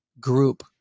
Group